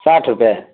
ساٹھ روپے